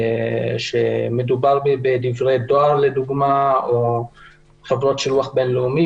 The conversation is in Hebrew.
כשמדובר בדברי דואר לדוגמה או חברות שילוח בין-לאומי,